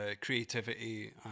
creativity